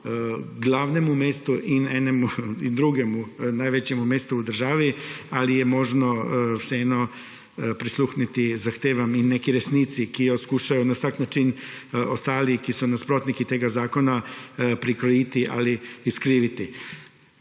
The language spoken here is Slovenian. in drugemu največjemu mestu v državi ali je možno vseeno prisluhniti zahtevam in neki resnici, ki jo skušajo na vsak način ostali, ki so nasprotniki tega zakona, prikrojiti ali izkriviti.